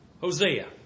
Hosea